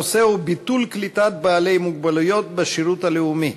הנושא הוא: ביטול קליטת בעלי מוגבלויות בשירות הלאומי.